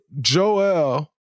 Joel